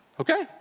Okay